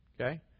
Okay